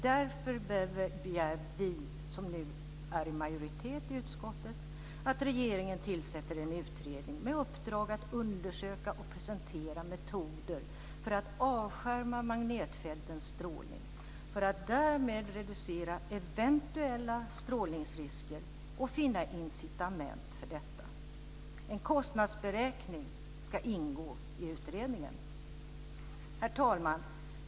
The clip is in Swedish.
Därför begär vi som nu är i majoritet i utskottet att regeringen tillsätter en utredning med uppdrag att undersöka och presentera metoder för att avskärma magnetfältens strålning för att därmed reducera eventuella strålningsrisker och finna incitament för detta. En kostnadsberäkning ska ingå i utredningen. Herr talman!